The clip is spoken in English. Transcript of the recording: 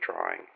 drawing